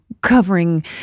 covering